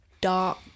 dark